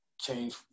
change